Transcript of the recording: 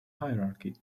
hierarchy